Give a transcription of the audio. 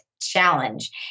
challenge